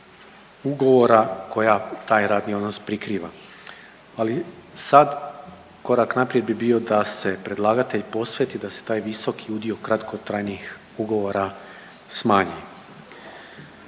ugovora koja taj radni odnos prikriva. Ali sad korak naprijed bi bio da se predlagatelj posveti da se taj visoki udio kratkotrajnih ugovora smanji.